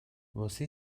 واسه